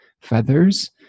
feathers